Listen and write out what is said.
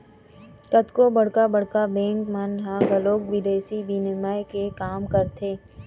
कतको बड़का बड़का बेंक मन ह घलोक बिदेसी बिनिमय के काम करथे